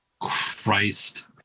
Christ